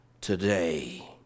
today